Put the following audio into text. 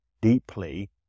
deeply